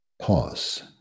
Pause